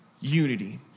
unity